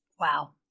Wow